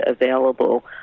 available